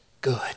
good